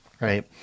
Right